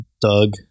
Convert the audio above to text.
Doug